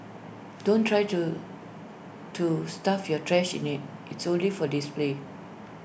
don't try to to stuff your trash in IT it's only for display